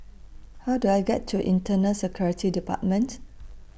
How Do I get to Internal Security department